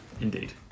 Indeed